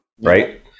Right